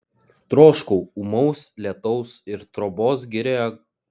troškau ūmaus lietaus ir trobos girioje